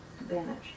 vanish